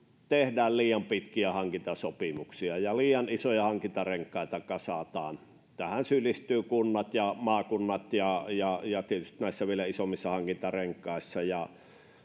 tehdään liian pitkiä hankintasopimuksia ja liian isoja hankintarenkaita kasataan tähän syyllistyvät kunnat ja maakunnat ja ja samoin tietysti näissä vielä isommissa hankintarenkaissa